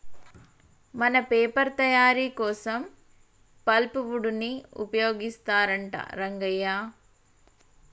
మన పేపర్ తయారీ కోసం పల్ప్ వుడ్ ని ఉపయోగిస్తారంట రంగయ్య